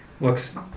Looks